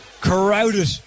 crowded